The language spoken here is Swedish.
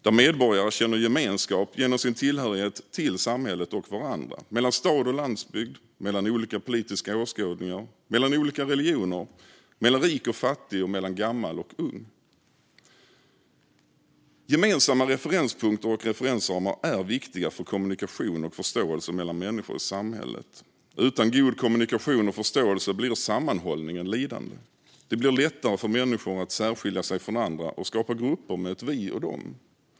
Där känner medborgare gemenskap genom sin tillhörighet till samhället och varandra, mellan stad och landsbygd, mellan olika politiska åskådningar, mellan olika religioner, mellan rik och fattig och mellan gammal och ung. Gemensamma referenspunkter och referensramar är viktiga för kommunikation och förståelse mellan människor i samhället. Utan god kommunikation och förståelse blir sammanhållningen lidande. Det blir lättare för människor att särskilja sig från andra och skapa grupper med ett vi och de.